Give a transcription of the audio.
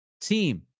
team